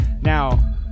Now